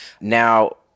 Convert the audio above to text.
Now